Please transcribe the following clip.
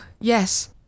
Yes